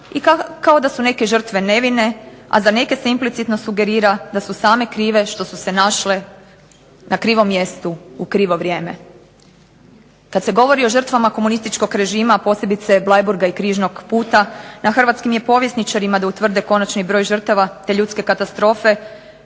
i kao da su neke žrtve nevine, a za neke se implicitno sugerira da su same krive što su se našle na krivom mjestu u krivo vrijeme. Kad se govori o žrtvama komunističkog režima, posebice Bleiburga i križnog puta, na hrvatskim je povjesničarima da utvrde konačni broj žrtava te ljudske katastrofe,